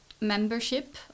membership